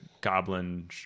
goblin